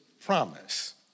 promise